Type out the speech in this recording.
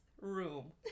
room